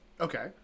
Okay